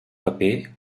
paper